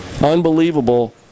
unbelievable